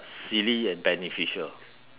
silly and beneficial